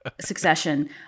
succession